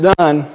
done